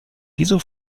wieso